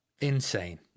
Insane